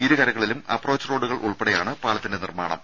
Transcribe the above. ഇരു കരകളിലും approach road ഉൾപ്പെടെയാണ് പാലത്തിന്റെ നിർമ്മാണം